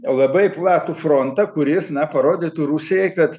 labai platų frontą kuris na parodytų rusijai kad